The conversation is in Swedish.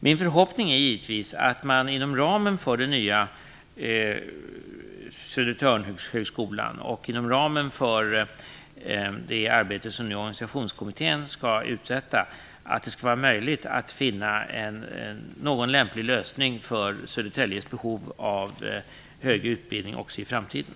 Min förhoppning är givetvis att det, inom ramen för den nya högskolan på Södertörn och det arbete som organisationskommittén nu skall uträtta, skall vara möjligt att finna någon lämplig lösning när det gäller Södertäljes behov av högre utbildning också i framtiden.